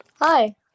Hi